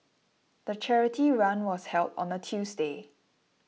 the charity run was held on a Tuesday